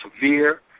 severe